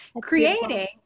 creating